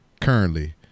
currently